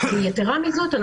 יתרה מזאת,